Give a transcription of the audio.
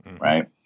right